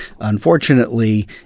Unfortunately